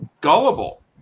gullible